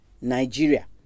Nigeria